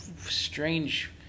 strange